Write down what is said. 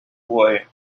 boy